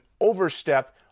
overstep